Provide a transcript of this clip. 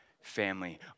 family